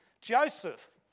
Joseph